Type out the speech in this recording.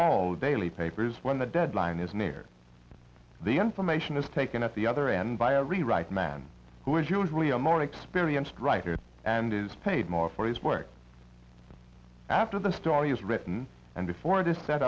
the daily papers when the deadline is near the information is taken at the other end by a rewrite man who is usually a more experienced writer and is paid more for his work after the story is written and before it is set